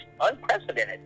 unprecedented